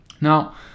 now